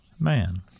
man